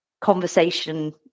conversation